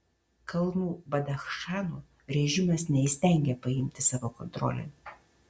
kalnų badachšano režimas neįstengia paimti savo kontrolėn